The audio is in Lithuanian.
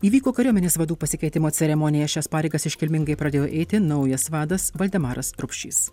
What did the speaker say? įvyko kariuomenės vadų pasikeitimo ceremonija šias pareigas iškilmingai pradėjo eiti naujas vadas valdemaras rupšys